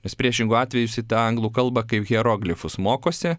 nes priešingu atveju jisai tą anglų kalba kaip hieroglifus mokosi